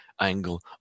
angle